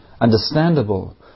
understandable